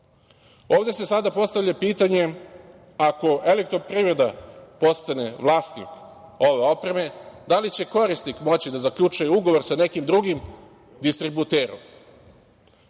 se sada postavlja pitanje – ako Elektroprivreda postane vlasnik ove opreme, da li će korisnik moći da zaključuje ugovor sa nekim drugim distributerom?